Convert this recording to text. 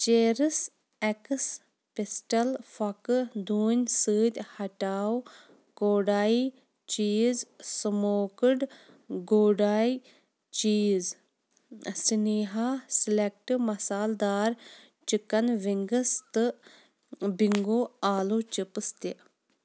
چیرٕس اٮ۪کٕس پِسٹَل پھۄکہٕ ڈوٗنۍ سۭتۍ ہٹاو کوڈایہِ چیٖز سٕموکٕڈ گوڈاے چیٖز سِنیٖہا سِلٮ۪کٹ مصالہٕ دار چِکن وِنٛگٕس تہٕ بِنٛگو آلو چِپٕس تہِ